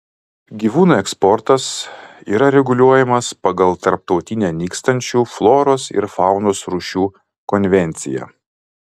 gyvūnų eksportas yra reguliuojamas pagal tarptautinę nykstančių floros ir faunos rūšių konvenciją